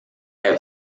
have